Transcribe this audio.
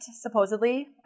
supposedly